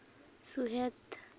ᱥᱩᱦᱮᱫ